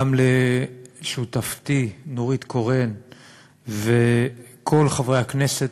גם לשותפתי נורית קורן ולכל חברי הכנסת